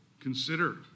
consider